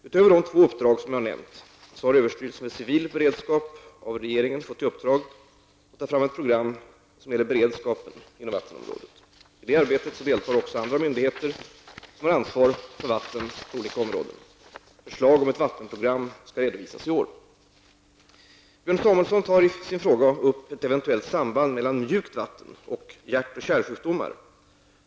Utöver de två uppdrag som jag nämnt har överstyrelsen för civil beredskap av regeringen fått i uppdrag att ta fram ett program som gäller beredskapen inom vattenområdet. I detta arbete deltar även andra myndigheter med ansvar för vattnet. Förslag om ett vattenprogram kommer att redovisas i vår. Björn Samuelson tar i sin fråga upp ett eventuellt samband mellan mjukt vatten och hjärt och kärlsjukdomar.